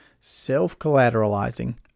self-collateralizing